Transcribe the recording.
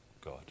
God